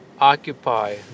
occupy